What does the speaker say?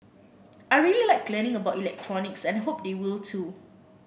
I really like learning about electronics and I hope they will too